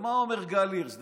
ומה אומר גל הירש?